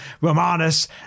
Romanus